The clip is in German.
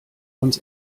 uns